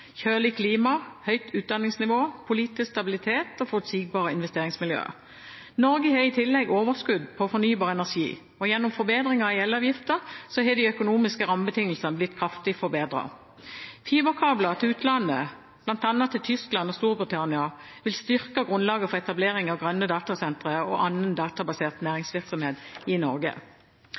klima, høyt utdanningsnivå, politisk stabilitet og forutsigbare investeringsmiljøer. Norge har i tillegg overskudd på fornybar energi, og gjennom forbedringer i elavgiften har de økonomiske rammebetingelsene blitt kraftig forbedret. Fiberkabler til utlandet, bl.a. til Tyskland og Storbritannia, vil styrke grunnlaget for etablering av grønne datasentre og annen databasert næringsvirksomhet i Norge.